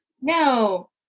No